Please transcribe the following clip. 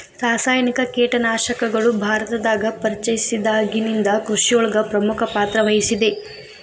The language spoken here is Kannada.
ರಾಸಾಯನಿಕ ಕೇಟನಾಶಕಗಳು ಭಾರತದಾಗ ಪರಿಚಯಸಿದಾಗನಿಂದ್ ಕೃಷಿಯೊಳಗ್ ಪ್ರಮುಖ ಪಾತ್ರವಹಿಸಿದೆ